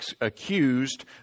accused